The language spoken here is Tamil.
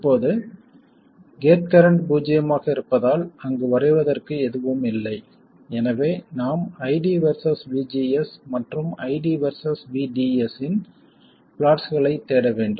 இப்போது கேட் கரண்ட் பூஜ்ஜியமாக இருப்பதால் அங்கு வரைவதற்கு எதுவும் இல்லை எனவே நாம் ID வெர்சஸ் VGS மற்றும் ID வெர்சஸ் VDS இன் பிளாட்ஸ்களைத் தேட வேண்டும்